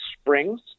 springs